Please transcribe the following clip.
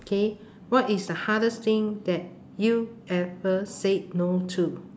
okay what is the hardest thing that you ever said no to